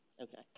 Okay